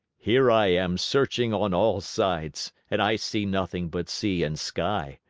here i am searching on all sides and i see nothing but sea and sky.